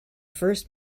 first